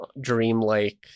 dreamlike